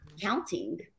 counting